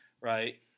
right